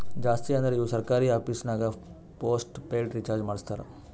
ಜಾಸ್ತಿ ಅಂದುರ್ ಇವು ಸರ್ಕಾರಿ ಆಫೀಸ್ನಾಗ್ ಪೋಸ್ಟ್ ಪೇಯ್ಡ್ ರೀಚಾರ್ಜೆ ಮಾಡಸ್ತಾರ